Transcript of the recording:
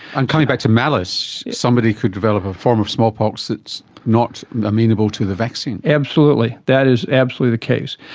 and coming back to malice, somebody could develop a form of smallpox that's not amenable to the vaccine. absolutely, that is absolutely the case.